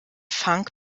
funk